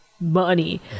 money